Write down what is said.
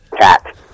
cat